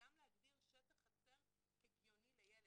וגם להגדיר שטח חצר הגיוני לילד.